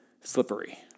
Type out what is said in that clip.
slippery